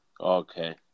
Okay